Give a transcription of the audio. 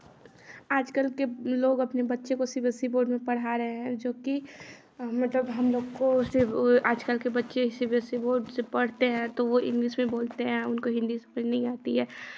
आजकल के लोग अपने बच्चे को C B S E board में पढ़ा रहे हैं जो कि मतलब हमलोग को आजकल के बच्चे C B S E board से पढ़ते हैं तो वे इंग्लिश में बोलते हैं उनको हिन्दी समझ में नहीं आती है